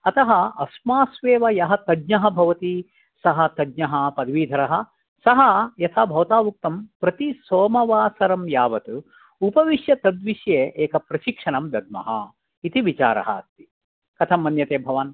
अतः अस्मास्वेव यह तज्ञ भवति सः तज्ञः पदवीधरः सः यथा भवता उक्तं प्रतिसोमवासरं यावत् उपविश्य तद्विषये एकं प्रशिक्षणं दद्मः इति विचारः अस्ति कथं मन्यते भवान्